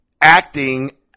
Acting